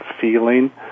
feeling